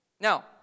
Now